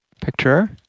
picture